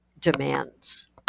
demands